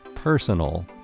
personal